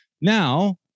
Now